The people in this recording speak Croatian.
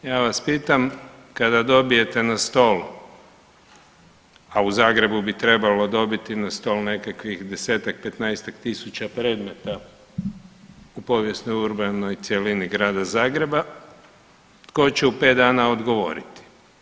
Ja vas pitam, kada dobijete na stol, a u Zagrebu bi trebalo dobiti na stol nekakvih 10-ak, 15-ak tisuća predmeta u povijesnoj urbanoj cjelini Grada Zagreba, tko će u 5 dana odgovoriti?